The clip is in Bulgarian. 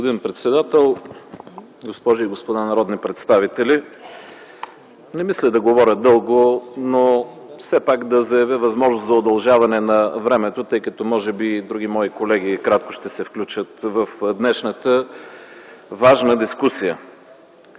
Господин председател, госпожи и господа народни представители! Не мисля да говоря дълго, но все пак да заявя възможност за удължаване на времето, тъй като може би и други мои колеги кратко ще се включат в днешната важна дискусия.